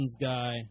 guy